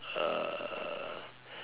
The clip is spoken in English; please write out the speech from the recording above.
uh